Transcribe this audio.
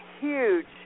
huge